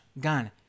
gone